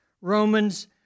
Romans